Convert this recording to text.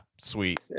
sweet